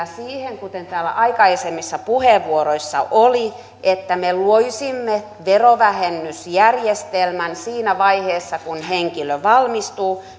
siihen kuten täällä aikaisemmissa puheenvuoroissa oli että me loisimme verovähennysjärjestelmän siinä vaiheessa kun henkilö valmistuu